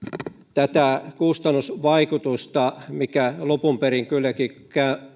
tätä kustannusvaikutusta mikä lopun perin kylläkin